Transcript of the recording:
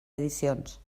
edicions